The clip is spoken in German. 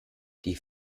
die